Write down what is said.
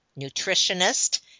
nutritionist